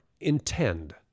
intend